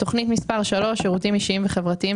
תוכנית מס' 3 היא שירותים אישיים וחברתיים,